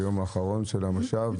היום האחרון של המושב,